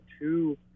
two